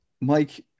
Mike